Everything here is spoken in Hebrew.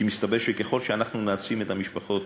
כי מסתבר שככל שאנחנו נעצים את המשפחות,